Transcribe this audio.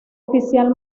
oficial